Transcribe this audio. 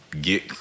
get